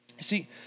See